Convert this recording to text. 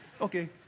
Okay